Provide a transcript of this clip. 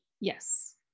yes